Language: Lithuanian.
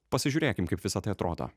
pasižiūrėkim kaip visa tai atrodo